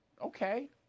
okay